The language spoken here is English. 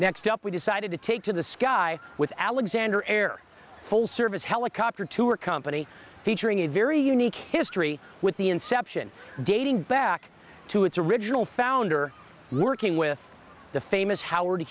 next up we decided to take to the sky with alexander air service helicopter tour company featuring a very unique history with the inception dating back to its original founder working with the famous howard